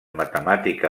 matemàtica